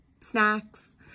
snacks